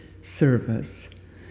service